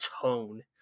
tone